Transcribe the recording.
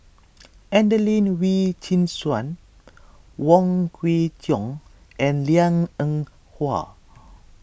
Adelene Wee Chin Suan Wong Kwei Cheong and Liang Eng Hwa